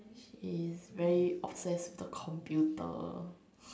she is very obsess with the computer